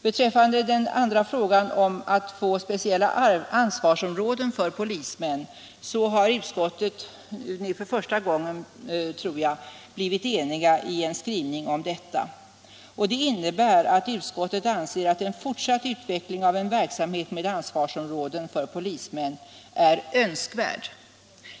Beträffande frågan om speciella ansvarsområden för polismän har utskottet nu för första gången, tror jag, blivit enigt i en skrivning om detta. Det innebär att utskottet anser att en fortsatt utveckling av en verksamhet med ansvarsområden för polismän är önskvärd.